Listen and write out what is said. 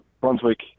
Brunswick